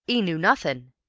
e knew nothin'.